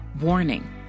Warning